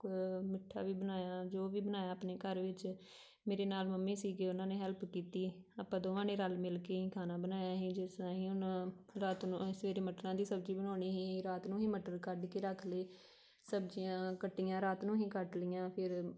ਮਿੱਠਾ ਵੀ ਬਣਾਇਆ ਜੋ ਵੀ ਬਣਾਇਆ ਆਪਣੇ ਘਰ ਵਿੱਚ ਮੇਰੇ ਨਾਲ ਮੰਮੀ ਸੀਗੇ ਉਹਨਾਂ ਨੇ ਹੈਲਪ ਕੀਤੀ ਆਪਾਂ ਦੋਵਾਂ ਨੇ ਰਲ ਮਿਲ ਕੇ ਖਾਣਾ ਬਣਾਇਆ ਅਸੀਂ ਜਿਸ ਤਰ੍ਹਾਂ ਅਸੀਂ ਹੁਣ ਰਾਤ ਨੂੰ ਅਸੀਂ ਸਵੇਰੇ ਮਟਰਾਂ ਦੀ ਸਬਜ਼ੀ ਬਣਾਉਣੀ ਸੀ ਰਾਤ ਨੂੰ ਹੀ ਮਟਰ ਕੱਢ ਕੇ ਰੱਖ ਲਏ ਸਬਜ਼ੀਆਂ ਕੱਟੀਆਂ ਰਾਤ ਨੂੰ ਹੀ ਕੱਟ ਲਈਆਂ ਫੇਰ